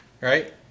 right